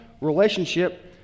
relationship